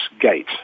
Gate